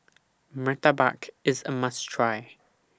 Murtabak IS A must Try